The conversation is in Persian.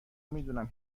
میدونم